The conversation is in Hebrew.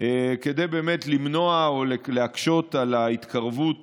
כדי למנוע או להקשות את ההתקרבות